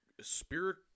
spirit